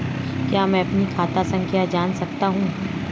क्या मैं अपनी खाता संख्या जान सकता हूँ?